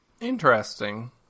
Interesting